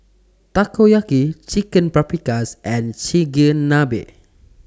Takoyaki Chicken Paprikas and Chigenabe